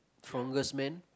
strongest man